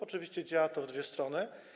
Oczywiście działa to w dwie strony.